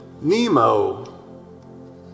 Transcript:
Nemo